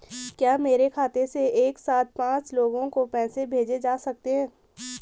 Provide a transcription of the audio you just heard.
क्या मेरे खाते से एक साथ पांच लोगों को पैसे भेजे जा सकते हैं?